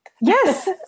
Yes